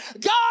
God